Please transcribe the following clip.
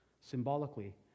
symbolically